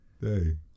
Hey